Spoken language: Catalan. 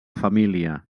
família